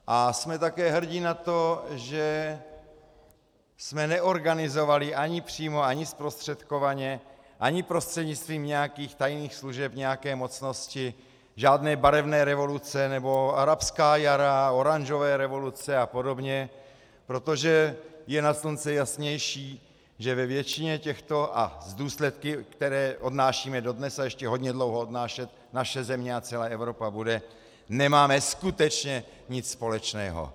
A jsme také hrdi na to, že jsme neorganizovali ani přímo ani zprostředkovaně ani prostřednictvím nějakých tajných služeb nějaké mocnosti žádné barevné revoluce nebo arabská jara, oranžové revoluce apod., protože je nad slunce jasnější, že ve většině těchto a s důsledky, které odnášíme dodnes a ještě hodně dlouho odnášet naše země a celá Evropa bude, nemáme skutečně nic společného.